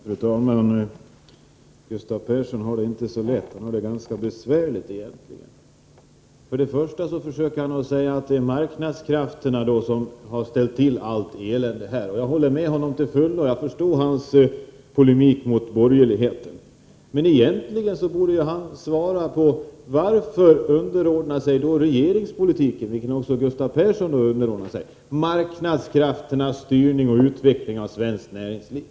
Fru talman! Gustav Persson har det inte så lätt — han har det egentligen ganska besvärligt. För det första säger han att det är marknadskrafterna som har ställt till allt elände. Jag håller med honom till fullo. Jag förstår hans polemik mot borgerligheten. Men egentligen borde han ju svara på varför regeringen i så fall underordnar sig marknadskrafternas styrning och utveckling av svenskt näringsliv.